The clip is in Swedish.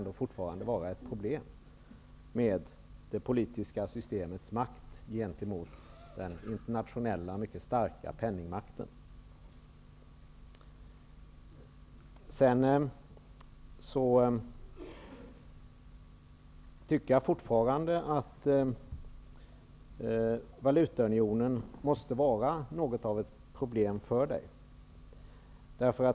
Det politiska systemets makt gentemot den internationella mycket starka penningmakten måste rimligen fortfarande vara ett problem. Jag tycker fortfarande att valutaunionen måste vara något av ett problem för dig.